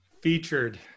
featured